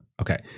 Okay